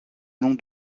nom